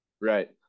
Right